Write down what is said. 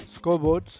scoreboards